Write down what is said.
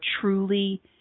truly